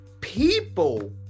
people